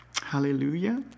Hallelujah